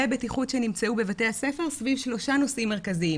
בטיחות שנמצאו בבתי הספר סביב שלושה נושאים מרכזיים: